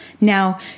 Now